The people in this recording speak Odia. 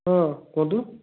ହଁ କୁହନ୍ତୁ